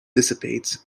dissipates